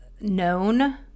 known